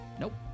Nope